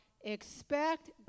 Expect